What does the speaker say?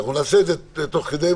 נעשה את זה תוך כדי,